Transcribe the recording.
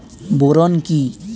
Boron কি?